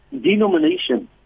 denomination